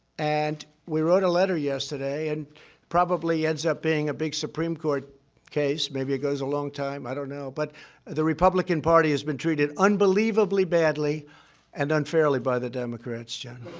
and we wrote a letter yesterday, and it probably ends up being a big supreme court case maybe it goes a long time. i don't know. but the republican party has been treated unbelievably badly and unfairly by the democrats, john.